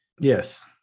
Yes